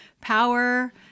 power